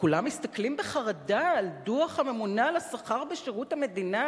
וכולם מסתכלים בחרדה על דוח הממונה על השכר בשירות המדינה,